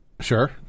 Sure